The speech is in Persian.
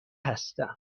هستم